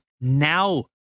now